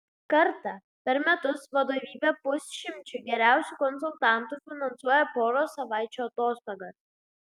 kartą per metus vadovybė pusšimčiui geriausių konsultantų finansuoja poros savaičių atostogas